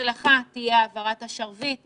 הצלחה תהיה העברת השרביט.